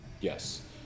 Yes